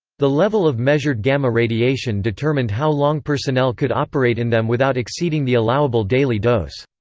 the level of measured gamma radiation determined how long personnel could operate in them without exceeding the allowable daily dose.